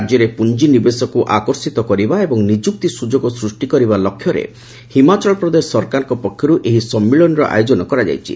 ରାଜ୍ୟରେ ପୁଞ୍ଜି ନିବେଶକୁ ଆକର୍ଷିତ କରିବା ଏବଂ ନିଯୁକ୍ତି ସୁଯୋଗ ସୃଷ୍ଟି କରିବା ଲକ୍ଷ୍ୟରେ ହିମାଚଳ ପ୍ରଦେଶ ସରକାରଙ୍କ ପକ୍ଷରୁ ଏହି ସମ୍ମିଳନୀର ଆୟୋଜନ କରାଯାଇଛି